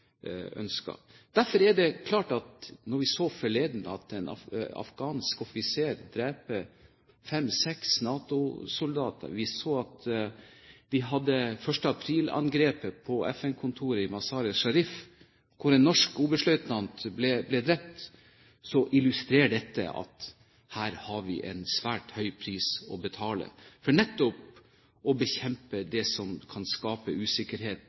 Når vi så forleden at en afghansk offiser drepte fem–seks NATO-soldater, og vi hadde 1. april-angrepet på FN-kontoret i Mazar-e Sharif, hvor en norsk oberstløytnant ble drept, så illustrerer dette at vi har en svært høy pris å betale for nettopp å bekjempe det som kan skape usikkerhet